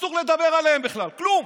אסור לדבר עליהם בכלל, כלום.